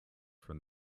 from